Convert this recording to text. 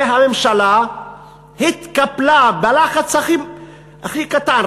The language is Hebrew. והממשלה התקפלה בלחץ הכי קטן,